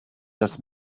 das